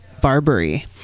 Barbary